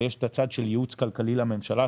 ויש את הצד של ייעוץ כלכלי לממשלה,